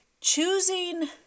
choosing